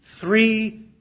Three